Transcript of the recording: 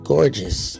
Gorgeous